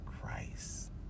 Christ